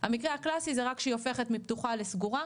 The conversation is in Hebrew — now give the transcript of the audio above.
המקרה הקלאסי זה רק כשהיא הופכת מפתוחה לסגורה.